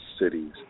cities